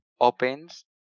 opens